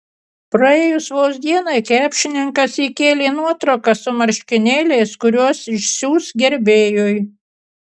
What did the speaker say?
praėjus vos dienai krepšininkas įkėlė nuotrauką su marškinėliais kuriuos išsiųs gerbėjui